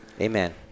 Amen